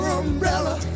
umbrella